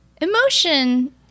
Emotion